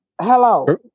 hello